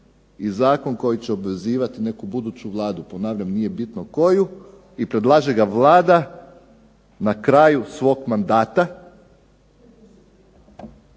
i Zakon koji će obvezivati neku buduću vladu. Ponavljam nije bitno koju i predlaže ga Vlada na kraju svog mandata